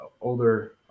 older